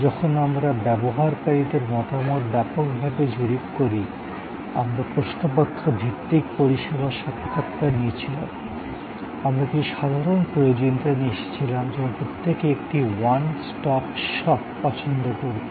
যখন আমরা ব্যবহারকারীদের মতামত ব্যাপকভাবে জরিপ করি আমরা প্রশ্নপত্র ভিত্তিক পরিষেবা সাক্ষাৎকার নিয়েছিলাম আমরা কিছু সাধারণ প্রয়োজনীয়তা নিয়ে এসেছিলাম যেমন প্রত্যেকে একটি ওয়ান স্টপ শপ পছন্দ করবে